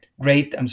great